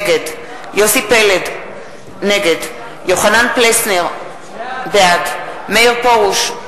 נגד יוסי פלד, נגד יוחנן פלסנר, בעד מאיר פרוש,